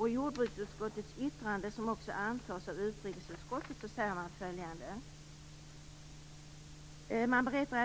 I jordbruksutskottets yttrande, som också antas av utrikesutskottet, säger man följande: